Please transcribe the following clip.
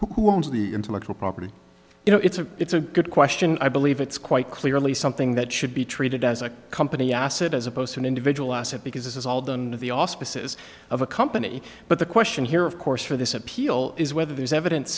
owns the intellectual property you know it's a it's a good question i believe it's quite clearly something that should be treated as a company asset as opposed to an individual asset because this is all done to the auspices of a company but the question here of course for this appeal is whether there's evidence